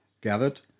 gathered